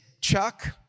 Chuck